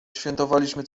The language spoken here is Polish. świętowaliśmy